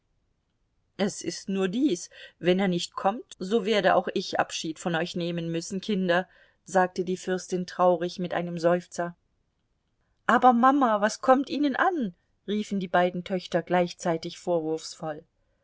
es ist nur dies wenn er nicht kommt so werde auch ich abschied von euch nehmen müssen kinder sagte die fürstin traurig mit einem seufzer aber mama was kommt ihnen an riefen die beiden töchter gleichzeitig vorwurfsvoll